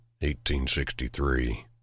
1863